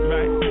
Right